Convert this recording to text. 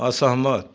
असहमत